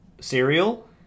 cereal